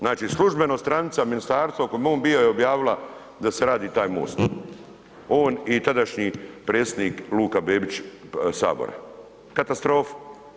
Znači službeno stranica ministarstvo na kom je on bio je objavila da se radi taj most, on i tadašnji predsjednik Luka Bebić Sabora, katastrofa.